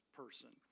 person